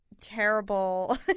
Terrible